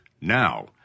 Now